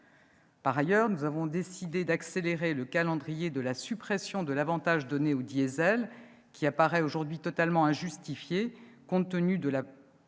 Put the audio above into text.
Par ailleurs, nous avons décidé d'accélérer le calendrier de la suppression de l'avantage donné au diesel, qui paraît aujourd'hui totalement injustifié compte tenu de la